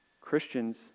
Christians